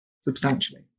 substantially